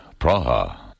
Praha